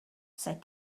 said